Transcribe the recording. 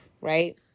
right